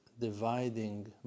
dividing